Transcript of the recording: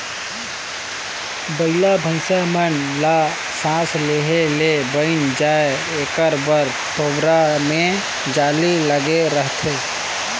बइला भइसा मन ल सास लेहे ले बइन जाय एकर बर तोबरा मे जाली लगे रहथे